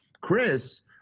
Chris